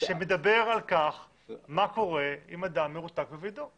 שמדבר על מה קורה אם אדם מרותק בביתו.